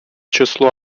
числу